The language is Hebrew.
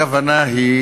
הכוונה היא